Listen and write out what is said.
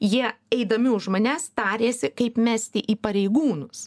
jie eidami už manęs tarėsi kaip mesti į pareigūnus